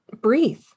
breathe